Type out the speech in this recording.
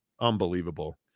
Unbelievable